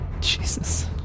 Jesus